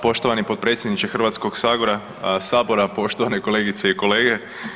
Poštovani potpredsjedniče Hrvatskog sabora, poštovane kolegice i kolege.